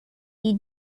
you